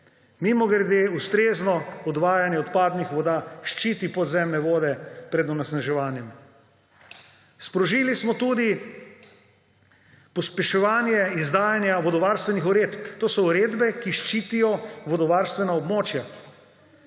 Mimogrede, ustrezno odvajanje odpadnih voda ščiti podzemne vode pred onesnaževanjem. Sprožili smo tudi pospeševanje izdajanja vodovarstvenih uredb, to so uredbe, ki ščitijo vodovarstvena območja.